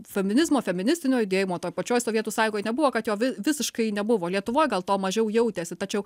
feminizmo feministinio judėjimo toj pačioj sovietų sąjungoj nebuvo kad jo visiškai nebuvo lietuvoj gal tuo mažiau jautėsi tačiau